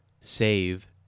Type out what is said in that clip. save